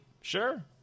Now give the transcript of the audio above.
Sure